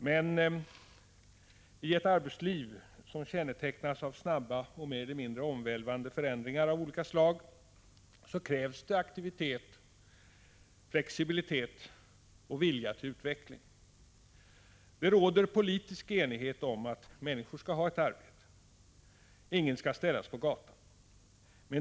Men i ett arbetsliv som kännetecknas av snabba och mer eller mindre omvälvande förändringar av olika slag krävs aktivitet, flexibilitet och vilja till utveckling. Det råder politisk enighet om att människor skall ha ett arbete och att ingen skall ställas på gatan.